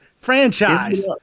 Franchise